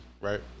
right